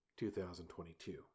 2022